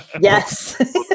Yes